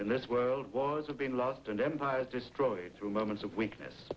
in this world was a being lost and empires destroyed through moments of weakness